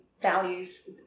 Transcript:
values